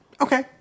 Okay